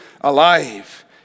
alive